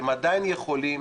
אתם עדיין יכולים